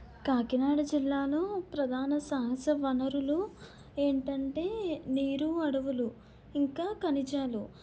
కాకినాడ జిల్లాలో ప్రధాన సహజ వనరులు ఏంటంటే నీరు అడువులు ఇంకా ఖనిజాలు